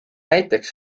näiteks